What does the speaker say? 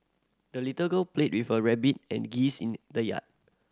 the little girl played with her rabbit and geese in the yard